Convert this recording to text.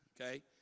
Okay